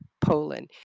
Poland